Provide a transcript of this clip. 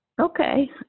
Okay